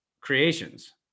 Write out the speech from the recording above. creations